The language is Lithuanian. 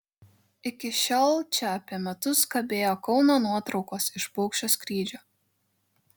iki šiol čia apie metus kabėjo kauno nuotraukos iš paukščio skrydžio